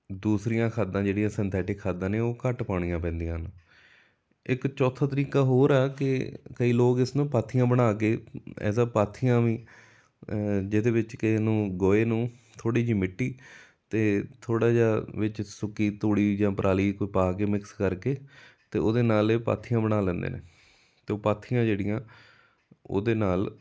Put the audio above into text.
ਦੂਸਰੀਆਂ ਖਾਦਾਂ ਜਿਹੜੀਆਂ ਸਨਥੈਟਿਕ ਖਾਦਾਂ ਨੇ ਉਹ ਘੱਟ ਪਾਉਣੀਆਂ ਪੈਂਦੀਆਂ ਹਨ ਇੱਕ ਚੌਥਾ ਤਰੀਕਾ ਹੋਰ ਆ ਕਿ ਕਈ ਲੋਕ ਇਸਨੂੰ ਪਾਥੀਆਂ ਬਣਾ ਕੇ ਐਜ਼ ਆ ਪਾਥੀਆਂ ਵੀ ਜਿਹਦੇ ਵਿੱਚ ਕਿ ਇਹਨੂੰ ਗੋਹੇ ਨੂੰ ਥੋੜ੍ਹੀ ਜਿਹੀ ਮਿੱਟੀ ਅਤੇ ਥੋੜ੍ਹਾ ਜਿਹਾ ਵਿੱਚ ਸੁੱਕੀ ਤੂੜੀ ਜਾਂ ਪਰਾਲੀ ਕੋਈ ਪਾ ਕੇ ਮਿਕਸ ਕਰਕੇ ਅਤੇ ਉਹਦੇ ਨਾਲ ਇਹ ਪਾਥੀਆਂ ਬਣਾ ਲੈਂਦੇ ਨੇ ਅਤੇ ਉਹ ਪਾਥੀਆਂ ਜਿਹੜੀਆਂ ਉਹਦੇ ਨਾਲ